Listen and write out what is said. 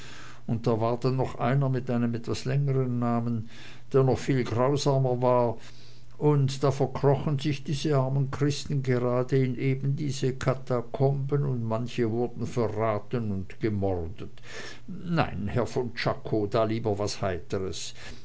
und da war dann noch einer mit einem etwas längeren namen der noch viel grausamer war und da verkrochen sich diese armen christen gerade in eben diese katakomben und manche wurden verraten und gemordet nein herr von czako da lieber was heiteres